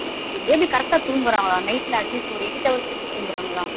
okay baby கரெக்டாக தூங்குகிறாங்களா நைட்டில் அட்லீஸ்ட் ஒரு எயிட் ஹவர்ஸ்ஸாச்சும் தூங்குகிறாங்களா